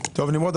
נמרוד.